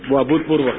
वो अभूतपूर्व है